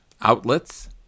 outlets